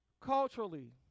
Culturally